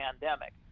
pandemic